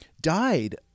Died